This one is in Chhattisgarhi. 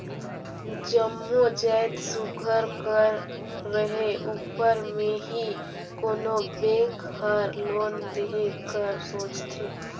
जम्मो जाएत सुग्घर कर रहें उपर में ही कोनो बेंक हर लोन देहे कर सोंचथे